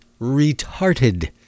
retarded